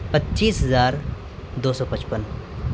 پچیس ہزار دو سو پچپن